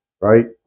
right